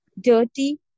dirty